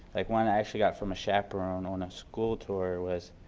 like one i actually got from a chaperone on a school tour was.